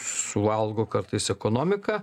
suvalgo kartais ekonomika